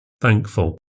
thankful